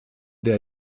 der